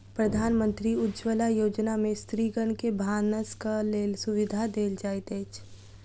प्रधानमंत्री उज्ज्वला योजना में स्त्रीगण के भानसक लेल सुविधा देल जाइत अछि